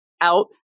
out